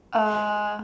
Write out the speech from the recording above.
uh